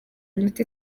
iminota